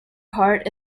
part